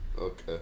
Okay